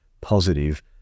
positive